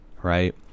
Right